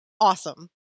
Awesome